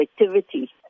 activity